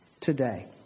today